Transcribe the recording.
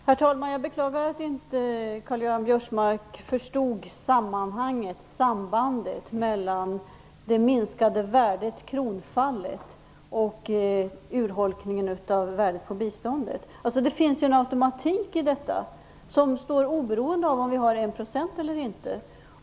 Herr talman! Jag beklagar att inte Karl-Göran Biörsmark förstod sammanhanget, sambandet mellan kronans minskade värde, kronfallet, och urholkningen av värdet på biståndet. Det finns ju en automatik i detta, oberoende av om biståndet motsvarar 1 % av BNI eller inte.